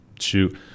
shoot